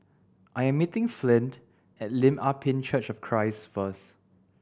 I am meeting Flint at Lim Ah Pin Church of Christ first